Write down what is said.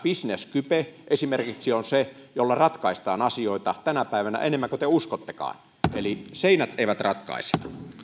bisnes skype esimerkiksi on se jolla ratkaistaan asioita tänä päivänä enemmän kuin te uskottekaan eli seinät eivät ratkaise